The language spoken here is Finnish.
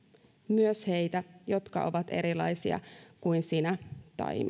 myös heitä jotka ovat erilaisia kuin sinä tai